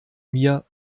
mir